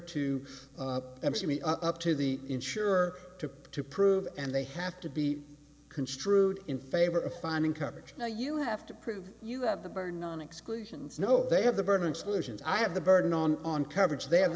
mc me up to the insurer to to prove and they have to be construed in favor of finding coverage now you have to prove you have the burden on exclusions no they have the burden solutions i have the burden on on coverage they have